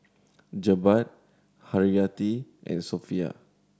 Jebat Haryati and Sofea